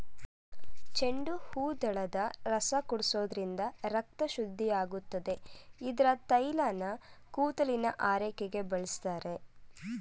ಚೆಂಡುಹೂದಳದ ರಸ ಕುಡಿಸೋದ್ರಿಂದ ರಕ್ತ ಶುದ್ಧಿಯಾಗುತ್ತೆ ಇದ್ರ ತೈಲನ ಕೂದಲಿನ ಆರೈಕೆಗೆ ಬಳಸ್ತಾರೆ